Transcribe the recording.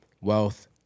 wealth